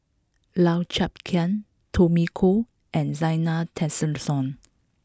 Lau Chiap Khai Tommy Koh and Zena Tessensohn